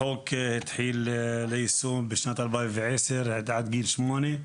החוק התחיל ליישום בשנת 2010, ילדים עד גיל 8,